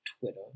Twitter